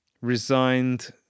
resigned